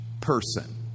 person